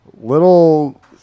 Little